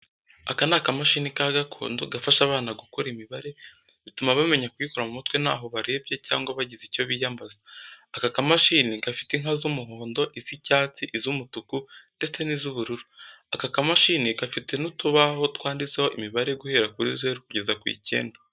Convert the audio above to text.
Aka ni akamashini ka gakondo gafasha abana gukora imibare, bituma bamenya kuyikora mu mutwe ntaho barebye cyangwa bagize icyo biyambaza. Aka kamashini gafite inka z'umuhondo, iz'icyatsi, iz'umutuku ndetse n'iz'ubururu. Aka kamashini gafite n'utubaho twanditseho imibare guhera kuri zeru kugeza ku icyenda.